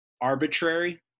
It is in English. arbitrary